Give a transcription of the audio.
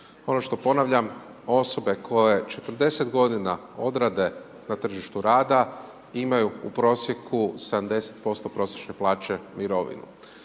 Ono što ponavljam, osobe koje 40 g, odrade na tržištu rada, imaju u prosjeku 70% prosječne plaće mirovinu.